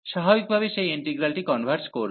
স্বাভাবিকভাবেই সেই ইন্টিগ্রালটি কনভার্জ করবে